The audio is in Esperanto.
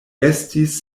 estis